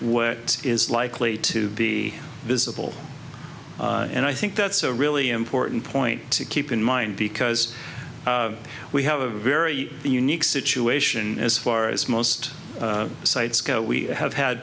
what is likely to be visible and i think that's a really important point to keep in mind because we have a very unique situation as far as most sites go we have had